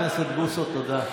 חבר הכנסת בוסו, תודה.